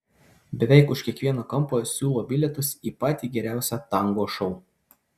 beveik už kiekvieno kampo siūlo bilietus į patį geriausią tango šou